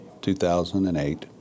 2008